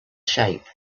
shape